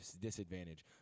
disadvantage